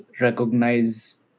recognize